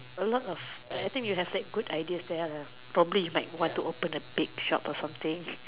a lot of I think you have like good ideas there lah probably you might want to open a bake shop or something